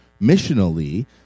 missionally